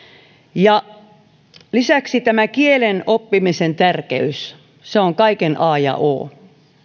lisäksi tämä kielen oppimisen tärkeys on kaiken a ja o